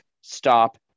Stop